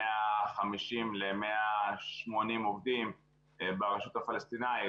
בערך בין 150 ל-180 עובדים ברשות הפלסטינית,